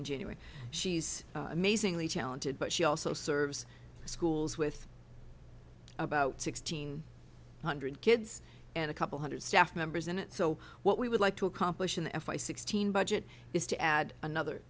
in january she's amazingly talented but she also serves schools with about sixteen hundred kids and a couple hundred staff members in it so what we would like to accomplish in the f y sixteen budget is to add another